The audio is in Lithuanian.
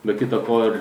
be kita ko ir